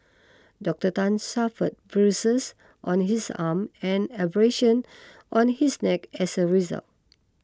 Doctor Tan suffered bruises on his arm and abrasions on his neck as a result